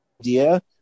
idea